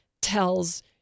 tells